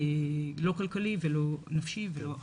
לא כלכלי, לא נפשי ולא אחר.